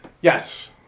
Yes